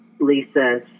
Lisa